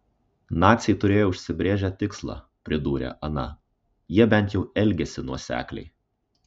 naciai turėjo užsibrėžę tikslą pridūrė ana jie bent jau elgėsi nuosekliai